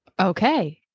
Okay